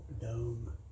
dome